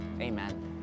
Amen